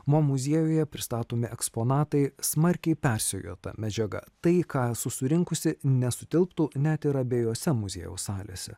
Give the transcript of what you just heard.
mo muziejuje pristatomi eksponatai smarkiai persijota medžiaga tai ką susirinkusi nesutilptų net ir abiejose muziejaus salėse